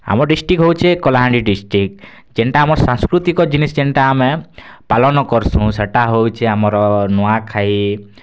ଆମ ଡ଼ିଷ୍ଟ୍ରିକ୍ଟ୍ ହେଉଛେ କଲାହାଣ୍ଡି ଡ଼ିଷ୍ଟ୍ରିକ୍ଟ୍ ଯେନ୍ତା ଆମର୍ ସାଂସ୍କୃତିକ ଜିନିଷ୍ ଯେନ୍ଟା ଆମେ ପାଲନ୍ କର୍ସୁଁ ସେଟା ହେଉଛେ ଆମର୍ ନୂଆଁଖାଇ